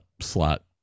slot